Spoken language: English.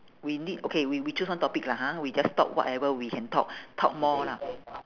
we need okay we we choose one topic lah ha we just talk whatever we can talk talk more lah